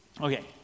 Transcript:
okay